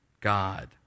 God